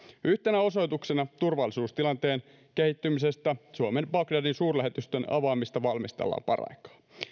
yhtenä osoituksena turvallisuustilanteen kehittymisestä suomen bagdadin suurlähetystön avaamista valmistellaan paraikaa